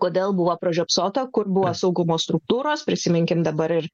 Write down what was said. kodėl buvo pražiopsota kur buvo saugumo struktūros prisiminkime dabar ir